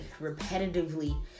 repetitively